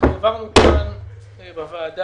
העברנו כאן בוועדה,